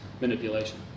manipulation